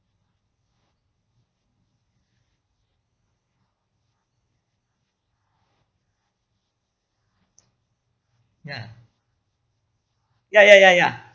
ya ya ya ya ya